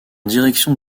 direction